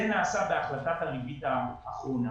זה נעשה בהחלטת הריבית האחרונה.